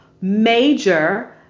major